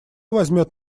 возьмет